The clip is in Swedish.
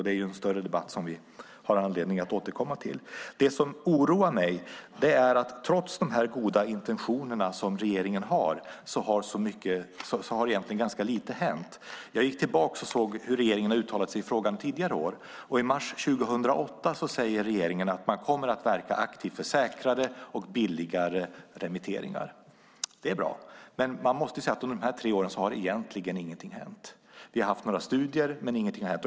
Det är en större debatt som vi har anledning att återkomma till. Något som oroar mig är att trots regeringens goda intentioner har egentligen ganska lite hänt. Jag gick tillbaka och tittade på hur regeringen har uttalat sig i frågan tidigare år. I mars 2008 säger regeringen att man kommer att verka aktivt för säkrare och billigare remitteringar. Det är bra, men man måste säga att under de här tre åren har egentligen ingenting hänt. Vi har haft några studier, men ingenting har hänt.